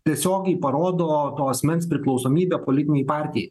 tiesiogiai parodo to asmens priklausomybę politinei partijai